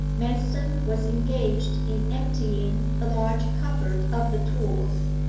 manston was engaged in emptying a large cupboard of the tools,